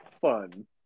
fun